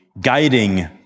guiding